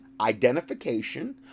Identification